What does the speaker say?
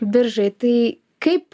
biržai tai kaip